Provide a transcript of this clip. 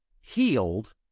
healed